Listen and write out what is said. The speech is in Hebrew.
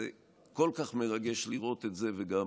זה כל כך מרגש לראות את זה, ואני